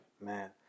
Man